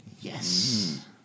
Yes